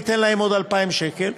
זה ייתן להם 2,000 שקל.